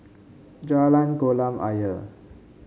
Jalan Kolam Ayer